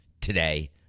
today